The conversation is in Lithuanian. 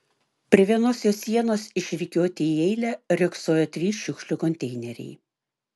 prie vienos jo sienos išrikiuoti į eilę riogsojo trys šiukšlių konteineriai